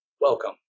Welcome